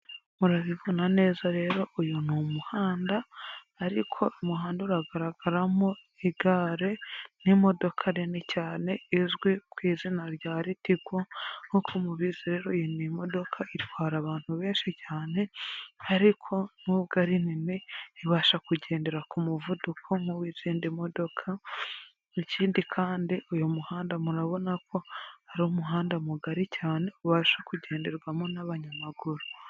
Murabibona neza rero uyu ni umuhanda, ariko umuhanda uragaragaramo igare n'imodoka nini cyane izwi ku izina rya Litigo. Nkuko mubizi rero iyi ni modoka itwara abantu benshi cyane ariko nubwo ari nni ibasha kugendera ku muvuduko nk'uw'izindi modoka. Ikindi kandi uyu muhanda murabona ko ari umuhanda mugari cyane, ubasha kugenderwamo n'abanyamaguru.